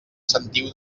sentiu